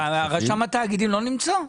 רשם התאגידים לא נמצא?